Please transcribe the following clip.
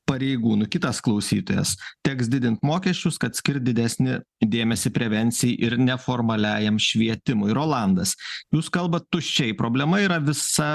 pareigūnų kitas klausytojas teks didint mokesčius kad skirt didesnį dėmesį prevencijai ir neformaliajam švietimui rolandas jūs kalbat tuščiai problema yra visa